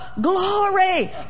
Glory